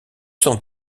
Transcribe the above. sans